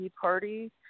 party